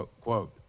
quote